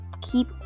keep